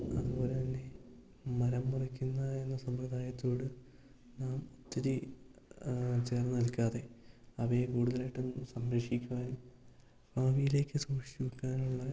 അതുപോലെതന്നെ മരം മുറിക്കുന്ന എന്ന സമ്പ്രദായത്തോട് നാം ഒത്തിരി ചേർന്നു നിൽക്കാതെ അവയെ കൂടുതലായിട്ടും സംരക്ഷിക്കാനും ഭാവിയിലേക്ക് സൂക്ഷിച്ചു വെക്കാനുള്ള